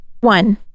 One